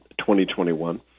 2021